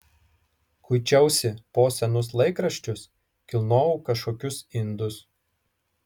kuičiausi po senus laikraščius kilnojau kažkokius indus